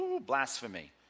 blasphemy